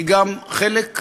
היא גם חלק פעיל,